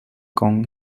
con